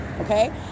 okay